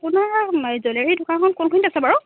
আপোনাৰ জুৱেলাৰী দোকানখন কোনখিনিত আছে বাৰু